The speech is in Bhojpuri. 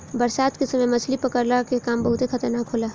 बरसात के समय मछली पकड़ला के काम बहुते खतरनाक होला